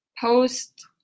post